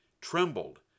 trembled